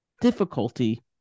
difficulty